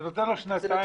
זה נותן שנתיים.